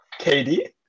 kd